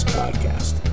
podcast